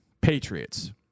Patriots